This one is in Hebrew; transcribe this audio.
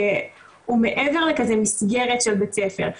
והוא מעבר לכזה מסגרת של בית ספר,